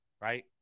Right